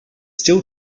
still